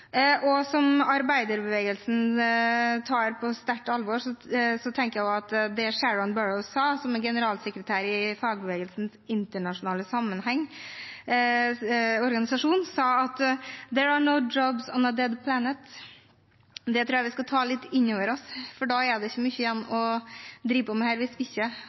er stor. Arbeiderbevegelsen tar dette på stort alvor. Sharan Burrow, som er generalsekretær i fagbevegelsens internasjonale organisasjon, sa: «There are no jobs on a dead planet.» Det tror jeg vi skal ta litt inn over oss, for det blir ikke mye igjen å drive med her hvis vi ikke